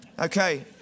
Okay